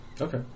Okay